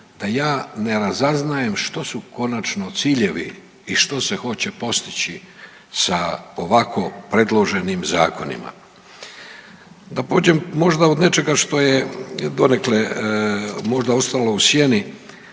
da ja ne razaznajem što su konačno ciljevi i što se hoće postići sa ovako predloženim zakonima. Da pođem možda od nečega što je donekle možda ostalo u sjeni,